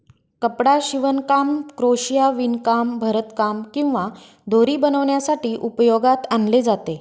कपडा शिवणकाम, क्रोशिया, विणकाम, भरतकाम किंवा दोरी बनवण्यासाठी उपयोगात आणले जाते